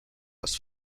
las